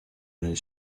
nel